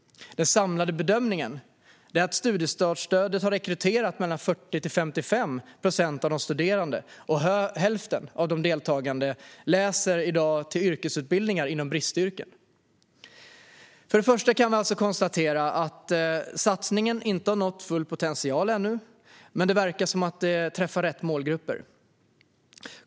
Den samlade bedömningen är att studiestartsstödet har rekryterat mellan 40 och 55 procent av de studerande och att hälften av de deltagande i dag läser yrkesutbildningar inom bristyrken. För det första kan vi alltså konstatera att satsningen inte har nått full potential ännu men att den verkar träffa rätt målgrupper.